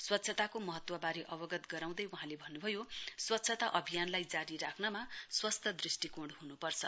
स्वच्छताको महत्ववारे अवगत गराउँदै वहाँले भन्नुभयो स्वच्छता अभियानलाई जारी राख्रमा स्वस्थ दृष्टिकोण ह्रनुपर्छ